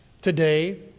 Today